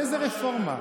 איזה רפורמה?